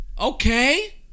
Okay